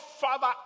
father